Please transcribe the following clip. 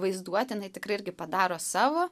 vaizduotė jinai tikrai irgi padaro savo